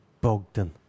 Bogdan